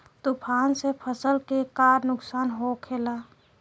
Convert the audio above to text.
तूफान से फसल के का नुकसान हो खेला?